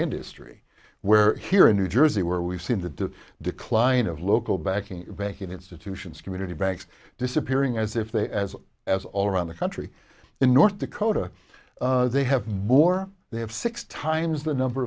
industry where here in new jersey where we've seen the decline of local backing banking institutions community banks disappearing as if they as as all around the country in north dakota they have more they have six times the number